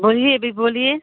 बोलिए अभी बोलिए